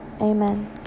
Amen